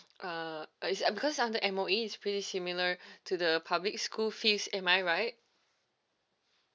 uh is it uh because under M_O_E is pretty similar to the public school fees am I right